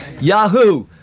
Yahoo